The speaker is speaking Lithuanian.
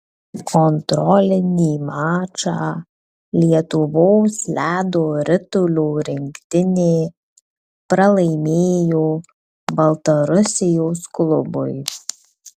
kontrolinį mačą lietuvos ledo ritulio rinktinė pralaimėjo baltarusijos klubui